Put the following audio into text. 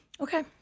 Okay